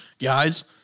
guys